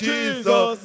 Jesus